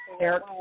Eric